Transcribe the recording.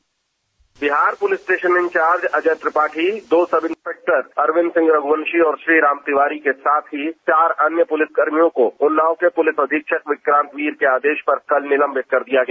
dispatch Bihar police station incharge Ajay Tripathi दो sub inspector Arvind Singh Raghuvanshi और श्री राम तिवारी के साथ ही चार अन्य पुलिसकर्मियों को उन्नाव के प्रलिस अधीक्षक विक्रांत वीर के आदेश पर कल निलंबित कर दिया गया